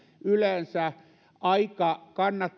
yleensä aika